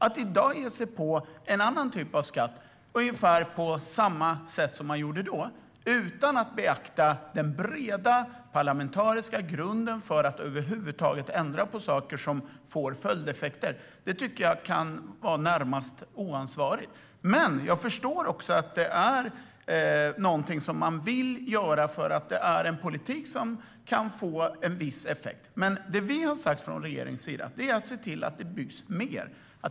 Att i dag ge sig på en annan typ av skatt på ungefär samma sätt som man gjorde då utan att beakta den breda parlamentariska grunden för att över huvud taget ändra på saker som får följdeffekter, det tycker jag är närmast oansvarigt. Men jag förstår att det är någonting som man vill göra, för det är en politik som kan få en viss effekt. Det vi har sagt från regeringens sida är att vi ska se till att det byggs mer.